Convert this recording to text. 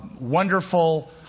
wonderful